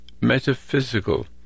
metaphysical